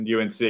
UNC